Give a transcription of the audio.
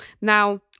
Now